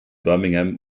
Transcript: birmingham